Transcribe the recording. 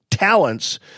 talents